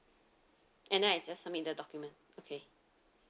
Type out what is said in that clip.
and then I just submit the document okay